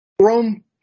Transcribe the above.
Rome